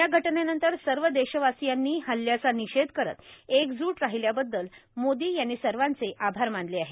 या घटनेनंतर सर्व देशवासियांनी हल्याचा निषेध करत एकज्ट राहिल्याबद्दल मोदी यांनी सर्वाचे आभार मानले आहेत